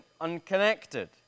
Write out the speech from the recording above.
unconnected